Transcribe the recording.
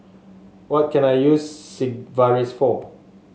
what can I use Sigvaris for